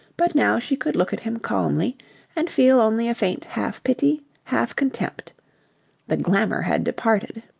but now she could look at him calmly and feel only a faint half-pity, half-contempt. the glamour had departed.